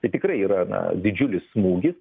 tai tikrai yra na didžiulis smūgis